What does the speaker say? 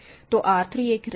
तो R 3 एक ring है